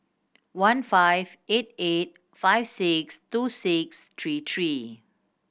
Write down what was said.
one five eight eight five six two six three three